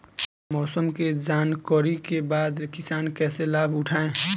मौसम के जानकरी के बाद किसान कैसे लाभ उठाएं?